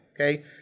okay